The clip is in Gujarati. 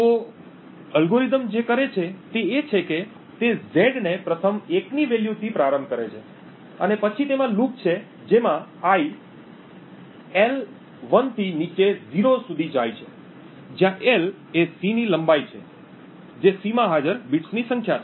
તો અલ્ગોરિધમ જે તે કરે છે તે એ છે કે તે z ને પ્રથમ 1 ની વેલ્યુથી પ્રારંભ કરે છે અને પછી તેમાં લૂપ છે જેમાં i l 1 થી નીચે 0 સુધી જાય છે જ્યાં l C ની લંબાઈ છે જે C માં હાજર બીટ્સની સંખ્યા છે